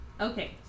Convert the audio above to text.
Okay